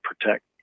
protect